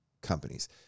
companies